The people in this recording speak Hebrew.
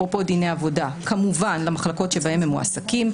אפרופו דיני עבודה למחלקות בהן הם מועסקים,